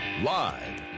live